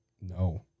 no